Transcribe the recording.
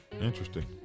interesting